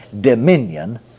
dominion